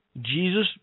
Jesus